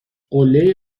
قلهای